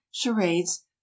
charades